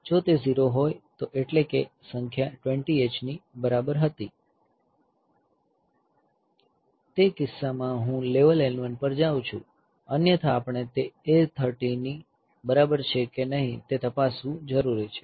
જો તે 0 હોય તો એટલે કે સંખ્યા 20 Hની બરાબર હતી તે કિસ્સો માં હું લેવલ L1 પર જાઉં છું અન્યથા આપણે તે A30 ની બરાબર છે કે નહીં તે તપાસવાની જરૂર છે